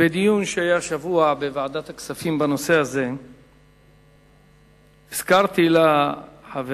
בדיון שהיה השבוע בוועדת הכספים בנושא הזה הזכרתי לחברים